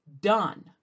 done